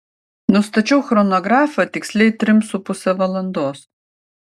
nustačiau chronografą tiksliai trim su puse valandos